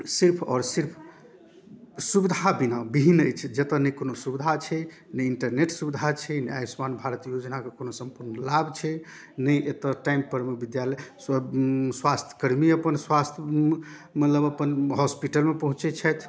सिर्फ आओर सिर्फ सुविधा बिना विहीन अछि जतऽ ने कोनो सुविधा छै ने इंटरनेट सुविधा छै ने आयुष्मान भारत योजनाके कोनो सम्पूर्ण लाभ छै ने एतऽ टाइमपर विद्यालय स्वास्थयकर्मी अपन स्वास्थ मतलब अपन हॉस्पिटलमे पहुँचै छथि